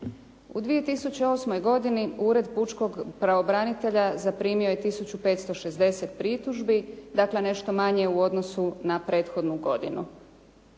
U 2008. godini Ured pučkog pravobranitelja zaprimio je 1560 pritužbi, dakle nešto manje u odnosu na prethodnu godinu.